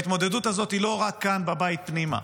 ההתמודדות הזאת היא לא רק כאן בבית פנימה.